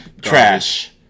Trash